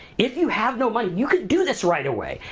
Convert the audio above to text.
if you have no money, you could do this right away,